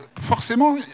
forcément